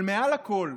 אבל מעל הכול,